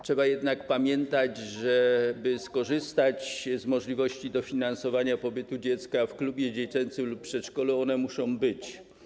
Trzeba jednak pamiętać, że aby skorzystać z możliwości dofinansowania pobytu dziecka w klubie dziecięcym lub przedszkolu, to one muszą być.